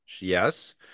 Yes